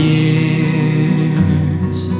years